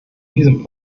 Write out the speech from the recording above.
diesem